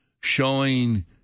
showing